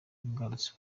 ugarutse